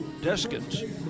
Deskins